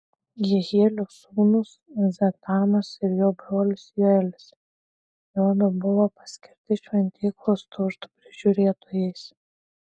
jehielio sūnūs zetamas ir jo brolis joelis juodu buvo paskirti šventyklos turtų prižiūrėtojais